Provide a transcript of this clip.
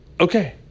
okay